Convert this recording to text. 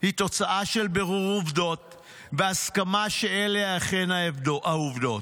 היא תוצאה של בירור עובדות והסכמה שאלה אכן העובדות.